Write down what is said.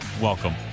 Welcome